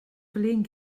flin